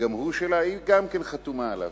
גם הוא שלה, היא גם כן חתומה עליו.